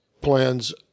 plans